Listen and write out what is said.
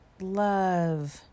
love